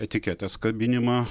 etiketės kabinimą